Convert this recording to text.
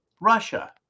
Russia